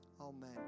Amen